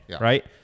right